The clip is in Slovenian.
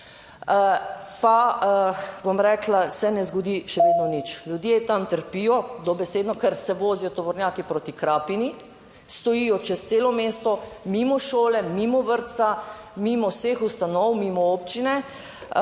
pa bom rekla, se ne zgodi še vedno nič, ljudje tam trpijo dobesedno, ker se vozijo tovornjaki proti Krapini, stojijo čez celo mesto, mimo šole, mimo vrtca, mimo vseh ustanov, mimo občine